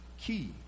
key